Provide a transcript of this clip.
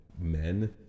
Men